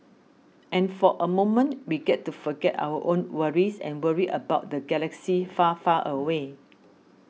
and for a moment we get to forget our own worries and worry about the galaxy far far away